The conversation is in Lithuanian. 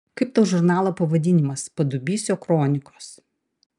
kaip tau žurnalo pavadinimas padubysio kronikos